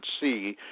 see